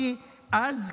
אתה זוכר מה אמרתי אז,